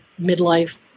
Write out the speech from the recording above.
midlife